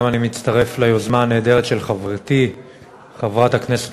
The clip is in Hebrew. גם אני מצטרף ליוזמה הנהדרת של חברתי חברת הכנסת